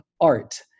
Art